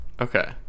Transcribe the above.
Okay